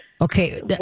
Okay